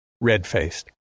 red-faced